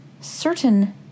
certain